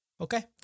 okay